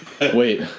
wait